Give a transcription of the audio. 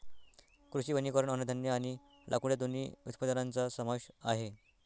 कृषी वनीकरण अन्नधान्य आणि लाकूड या दोन्ही उत्पादनांचा समावेश आहे